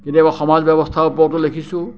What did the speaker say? কেতিয়াবা সমাজ ব্যৱস্থাৰ ওপৰতো লিখিছোঁ